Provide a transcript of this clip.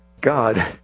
God